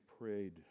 prayed